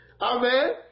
Amen